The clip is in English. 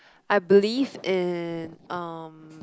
I believe in um